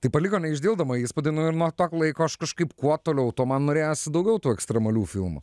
tai paliko neišdildomą įspūdį ir nuo to laiko aš kažkaip kuo toliau tuo man norėjosi daugiau tų ekstremalių filmų